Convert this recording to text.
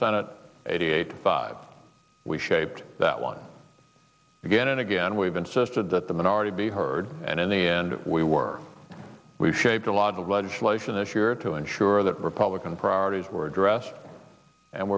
senate eighty eight five we shaped that one again and again we've insisted that the minority be heard and in the end we were we shaped a lot of legislation this year to ensure that repub can priorities were addressed and